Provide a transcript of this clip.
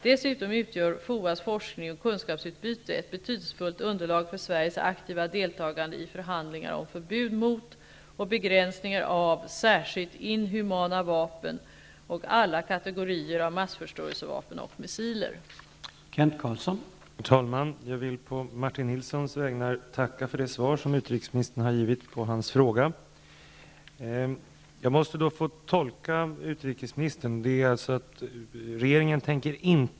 Dessutom utgör FOA:s forskning och kunskapsutbyte ett betydelsefullt underlag för Sveriges aktiva deltagande i förhandlingar om förbud mot, och begränsningar av, särskilt inhumana vapen och alla kategorier av massförstörelsevapen och missiler.